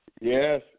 Yes